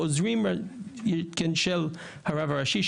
עוזרים של הרב הראשי,